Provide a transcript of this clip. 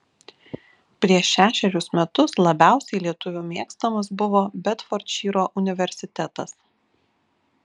prieš šešerius metus labiausiai lietuvių mėgstamas buvo bedfordšyro universitetas